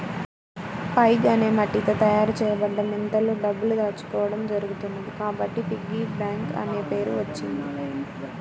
pig అనే మట్టితో తయారు చేయబడ్డ ముంతలో డబ్బులు దాచుకోవడం జరుగుతున్నది కాబట్టి పిగ్గీ బ్యాంక్ అనే పేరు వచ్చింది